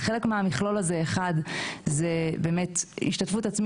אבל חלק מהמכלול הזה זה השתתפות עצמית